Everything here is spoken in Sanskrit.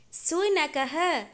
शुनकः